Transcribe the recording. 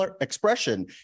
expression